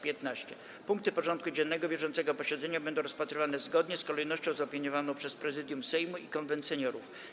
Punkty porządku dziennego bieżącego posiedzenia będą rozpatrywane zgodnie z kolejnością zaopiniowaną przez Prezydium Sejmu i Konwent Seniorów.